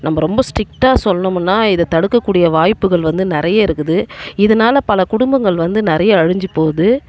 நம்ம ரொம்ப ஸ்ட்ரிக்டாக சொல்லணும்னா இதை தடுக்கக்கூடிய வாய்ப்புகள் வந்து நிறைய இருக்குது இதனால் பல குடும்பங்கள் வந்து நிறைய அழிஞ்சு போகுது